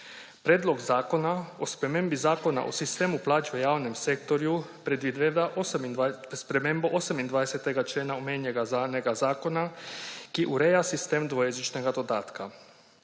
Predlog zakona o spremembi Zakona o sistemu plač v javnem sektorju predvideva spremembo 28. člena omenjenega zadnjega zakona, ki ureja sistem dvojezičnega dodatka.